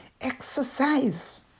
Exercise